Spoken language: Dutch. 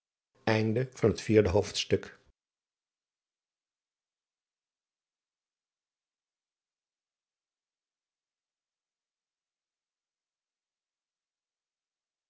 einde van het vierde